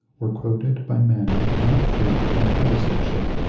were quoted by men not free from partizanship.